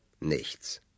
nichts